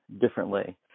differently